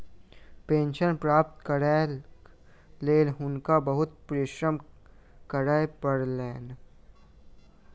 pension प्राप्त करैक लेल हुनका बहुत परिश्रम करय पड़लैन